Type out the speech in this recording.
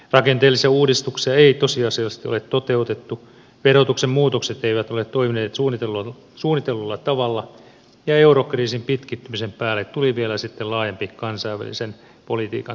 rakenteellisia uudistuksia ei tosiasiallisesti ole toteutettu verotuksen muutokset eivät ole toimineet suunnitellulla tavalla ja eurokriisin pitkittymisen päälle tuli vielä sitten laajempi kansainvälisen politiikan kiristyminen